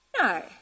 No